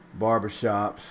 barbershops